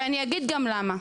ואגיד גם למה.